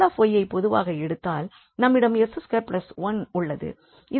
𝐿𝑦ஐப் பொதுவாக எடுத்தால் நம்மிடம் 𝑠2 1 உள்ளது